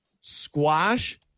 squash